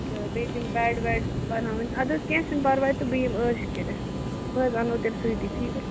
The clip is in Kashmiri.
تہٕ بیٚیہِ تِم بیڈ ویڈ بَناوٕنۍ اَدٕ حظ کیٚنٛہہ چھُنہٕ پَرواے تہٕ بہٕ یِمہٕ ٲش کٔرِتھ بہٕ حظ اَنہو تیٚلہِ سٍتی ٹھیٖک حظ